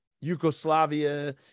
Yugoslavia